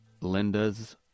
Linda's